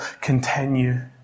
continue